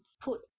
put